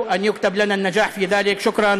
אנו מקווים שתיכתב לנו הצלחה בכך.